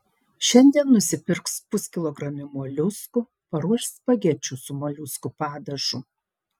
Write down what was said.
šiandien nusipirks puskilogramį moliuskų paruoš spagečių su moliuskų padažu